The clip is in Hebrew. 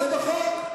זה בחוק.